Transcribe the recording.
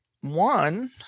one